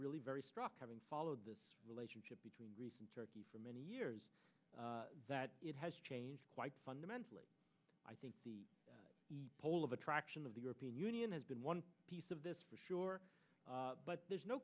really very struck having followed the relationship between greece and turkey for many years that it has changed quite fundamentally i think the whole of attraction of the european union has been one piece of this for sure but there's no